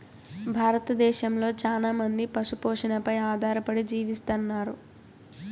భారతదేశంలో చానా మంది పశు పోషణపై ఆధారపడి జీవిస్తన్నారు